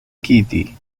kitty